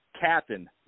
captain